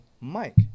Mike